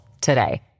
today